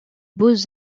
beaux